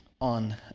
on